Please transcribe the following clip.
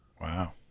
Wow